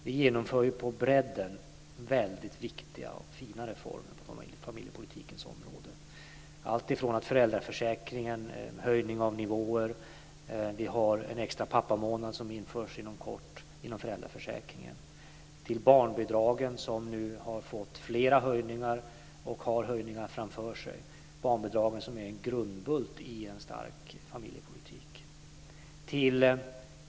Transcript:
Vi genomför på bredden väldigt viktiga och fina reformer på familjepolitikens område. Det gäller alltifrån höjning av nivåer i föräldraförsäkringen - och vi har en extra pappamånad som införs inom kort inom föräldraförsäkringen - till barnbidragen. De har nu fått flera höjningar och har höjningar framför sig. Barnbidragen är en grundbult i en stark familjepolitik.